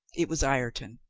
it was ireton.